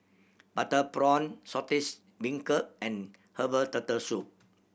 butter prawn Saltish Beancurd and herbal Turtle Soup